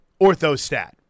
Orthostat